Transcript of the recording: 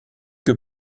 que